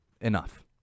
Enough